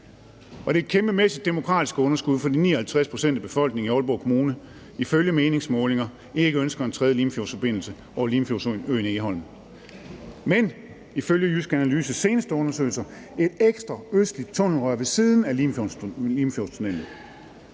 Og det er et kæmpemæssigt demokratisk underskud, fordi 59 pct. af befolkningen i Aalborg Kommune ifølge meningsmålinger ikke ønsker en tredje Limfjordsforbindelse over Limfjordsøen Egholm, men ifølge Jysk Analyses seneste undersøgelser et ekstra østligt tunnelrør ved siden af Limfjordstunnellen.